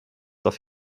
auf